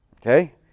Okay